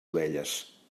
ovelles